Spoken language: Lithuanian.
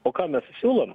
o ką mes siūlom